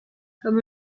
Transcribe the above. comme